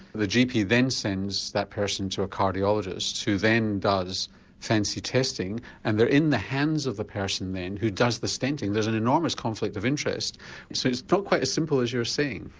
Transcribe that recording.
the gp then sends that person to a cardiologist who then does fancy testing and they are in the hands of the person then who does the stenting. there's an enormous conflict of interest so it's not quite as simple as you're saying.